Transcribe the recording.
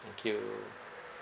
thank you